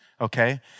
okay